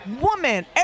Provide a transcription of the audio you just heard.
Woman